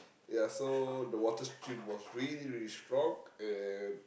yeah so the water stream was really really strong and